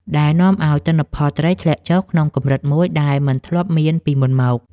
ដែលនាំឱ្យទិន្នផលត្រីធ្លាក់ចុះក្នុងកម្រិតមួយដែលមិនធ្លាប់មានពីមុនមក។